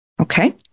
Okay